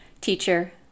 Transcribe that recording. teacher